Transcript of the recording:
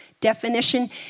definition